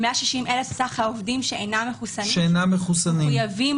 160,000 זה סך העובדים שאינם מחוסנים שמחויבים